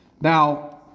Now